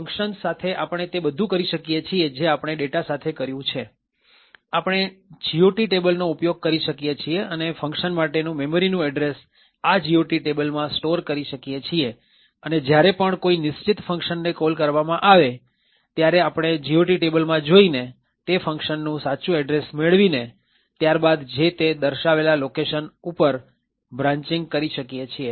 function સાથે આપણે તે બધું કરી શકીએ છીએ જે આપણે ડેટા સાથે કર્યું છે આપણે GOT ટેબલનો ઉપયોગ કરી શકીએ છીએ અને ફંક્શન માટેનું મેમરીનું એડ્રેસ આ GOT ટેબલમાં સ્ટોર કરી શકીએ છીએ અને જ્યારે પણ કોઈ નિશ્ચિત ફંક્શન ને કોલ કરવામાં આવે ત્યારે આપણે GOT ટેબલમાં જોઈને તે ફંક્શન નું સાચું એડ્રેસ મેળવીને ત્યારબાદ જે તે દર્શાવેલા લોકેશન ઉપર બ્રાન્ચિંગ કરી શકીએ છીએ